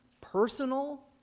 Personal